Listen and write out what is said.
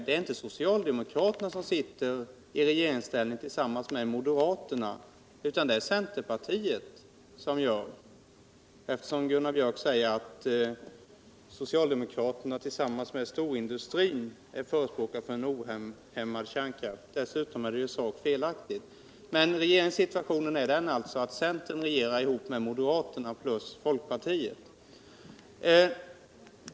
Det är inte socialdemokraterna som sitter i regeringsställning tillsammans med moderaterna, utan det är centerpartiet — Gunnar Björk sade att socialdemokraterna tillsammans med storindustrin är förespråkare för en ohämmad kärnkraft, vilket dessutom är i sak felaktigt. Situationen är alltså den att centern regerar ihop med moderaterna och folkpartiet.